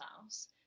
house